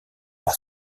par